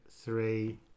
three